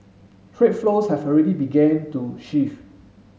trade flows have already began to shift